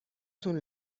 تون